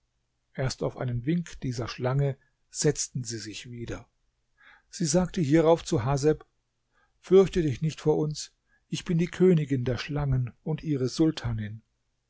erst auf einen wink dieser schlange setzten sie sich wieder sie sagte hierauf zu haseb fürchte dich nicht vor uns ich bin die königin der schlangen und ihre sultanin